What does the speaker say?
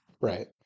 Right